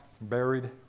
buried